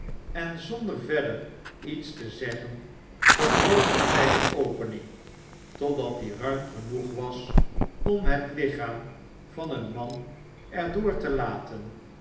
en zonder verder iets te zeggen vergrootten zij de opening totdat die ruim genoeg was om het lichaam van een man er door te laten